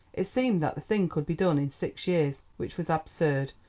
it seemed that the thing could be done in six years, which was absurd,